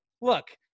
Look